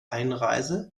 einreise